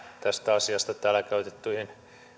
tästä asiasta täällä käytettyihin